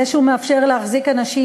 שכן הוא מאפשר להחזיק אנשים